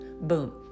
boom